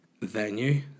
venue